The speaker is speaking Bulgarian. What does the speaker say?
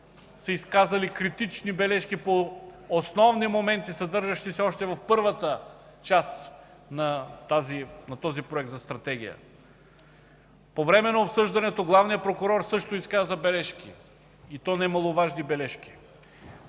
са изказали критични бележки по основни моменти, съдържащи се още в първата част на този Проект за стратегия. По време на обсъждането главният прокурор също изказа бележки и то немаловажни.